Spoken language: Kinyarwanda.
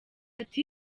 ati